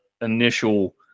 initial